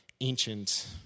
ancient